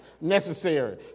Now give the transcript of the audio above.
necessary